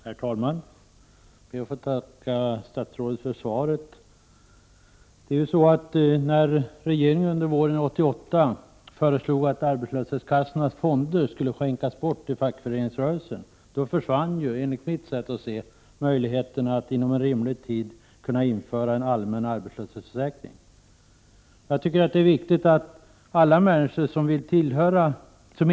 Herr talman! Jag ber att få tacka statsrådet för svaret. När regeringen i våras föreslog att arbetslöshetskassornas fonder skulle skänkas bort till fackföreningsrörelsen försvann enligt mitt sätt att se möjligheterna att inom rimlig tid införa en allmän arbetslöshetsförsäkring. Jag tycker att det är viktigt att alla människor som inte vill tillhöra en facklig — Prot.